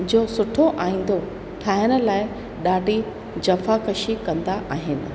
जो सुठो आईंदो ठाहिण लाइ ॾाढी जफ़ाकशी कंदा आहिनि